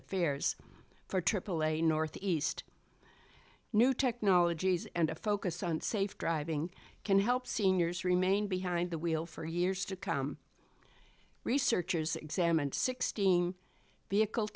affairs for aaa northeast new technologies and a focus on safe driving can help seniors remain behind the wheel for years to come researchers examined sixteen vehicle